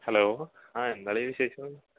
hello ആ എന്താ അളിയാ വിശേഷം